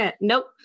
nope